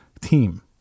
team